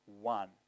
one